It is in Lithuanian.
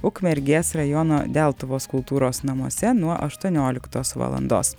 ukmergės rajono deltuvos kultūros namuose nuo aštuonioliktos valandos